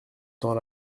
temps